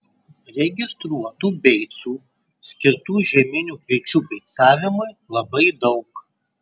registruotų beicų skirtų žieminių kviečių beicavimui labai daug